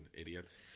idiots